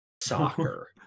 soccer